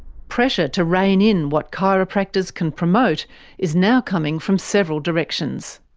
pressure to reign in what chiropractors can promote is now coming from several directions.